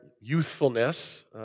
youthfulness